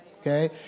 okay